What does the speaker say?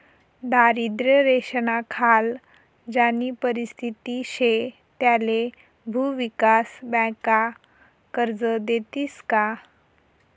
दारिद्र्य रेषानाखाल ज्यानी परिस्थिती शे त्याले भुविकास बँका कर्ज देतीस का?